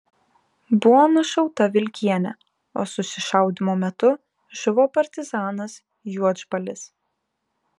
buvo nušauta vilkienė o susišaudymo metu žuvo partizanas juodžbalis